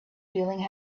feeling